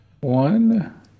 One